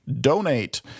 donate